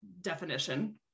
definition